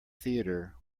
theater